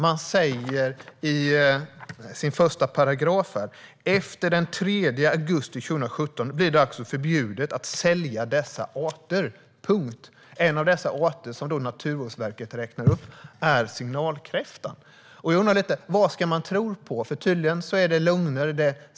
Av det första stycket framgår att "efter den 3 augusti 2017 blir det förbjudet att även sälja dessa arter". En av dessa arter som Naturvårdsverket räknar upp är signalkräftan. Vad ska man tro på? Det är tydligen fråga om lögner.